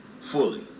fully